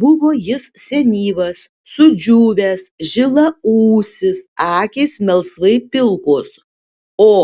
buvo jis senyvas sudžiūvęs žilaūsis akys melsvai pilkos o